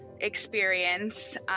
experience